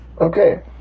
Okay